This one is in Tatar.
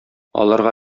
аларга